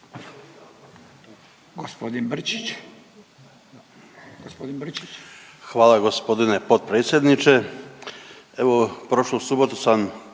Hvala g. potpredsjedniče, evo, prošlu subotu sam